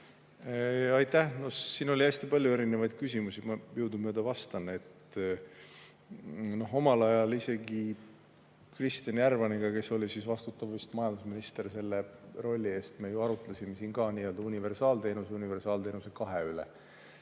Aitäh! Siin oli hästi palju erinevaid küsimusi, ma jõudumööda vastan. Omal ajal Kristjan Järvaniga, kes oli siis vastutav vist majandusministrina selle rolli eest, me ju arutlesime siin ka nii-öelda universaalteenuse ja universaalteenuse 2 üle.